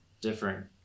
different